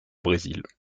brésil